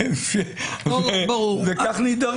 וכך נידרדר.